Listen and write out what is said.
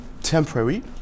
temporary